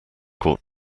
court